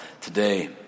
today